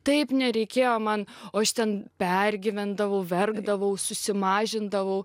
taip nereikėjo man o aš ten pergyvendavau verkdavau susimažindavau